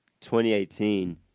2018